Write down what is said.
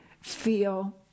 feel